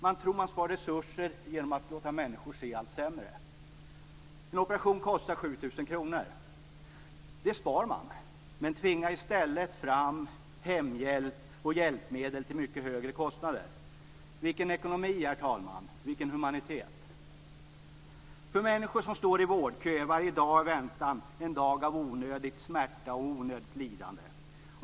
Man tror att man spar resurser genom att låta människor se allt sämre. En operation kostar 7 000 kr. Det spar man, men man tvingar i stället fram hemhjälp och hjälpmedel till mycket högre kostnader. Vilket ekonomi, herr talman! Vilken humanitet! För människor som står i vårdkö är varje dag av väntan en dag av onödig smärta och onödigt lidande.